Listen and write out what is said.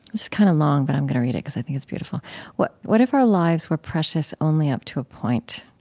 it's kind of long, but i'm gonna read it cause i think it's beautiful what what if our lives were precious only up to a point?